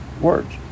words